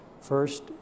First